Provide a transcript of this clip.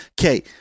okay